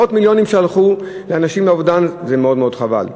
מאות מיליונים שהלכו לאנשים לאובדן, זה מאוד חבל.